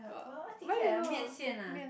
uh what what's the ah 面线 ah